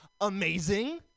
amazing